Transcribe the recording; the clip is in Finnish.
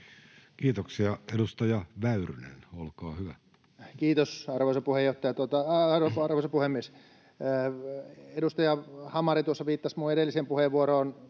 Kiitoksia. — Edustaja Väyrynen, olkaa hyvä. Kiitos, arvoisa puhemies! Edustaja Hamari tuossa viittasi edelliseen puheenvuorooni,